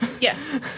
Yes